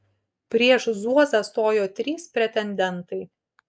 prieš zuozą stojo trys pretendentai